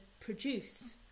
produce